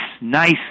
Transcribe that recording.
nice